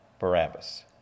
Barabbas